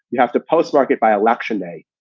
you have to postmark it by election day,